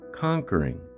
Conquering